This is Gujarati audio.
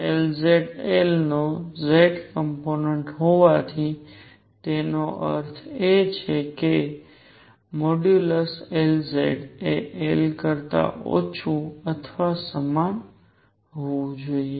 Lz L નો z કોમ્પોનેંટ હોવાથી તેનો અર્થ એ છે કે મોડ્યુલસ Lz એ L કરતા ઓછું અથવા સમાન હોવું જોઈએ